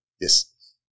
Yes